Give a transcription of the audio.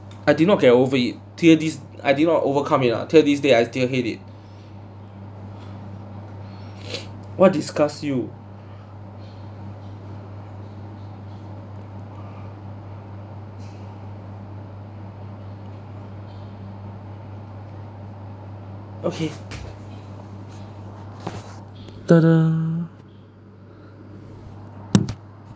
I did not get over it till this I did not overcome it ah till this day I still hate it what disgust you okay tada